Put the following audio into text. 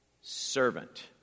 servant